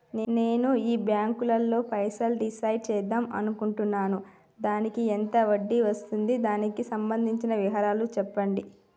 నేను ఈ బ్యాంకులో పైసలు డిసైడ్ చేద్దాం అనుకుంటున్నాను దానికి ఎంత వడ్డీ వస్తుంది దానికి సంబంధించిన వివరాలు చెప్పండి?